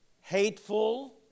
hateful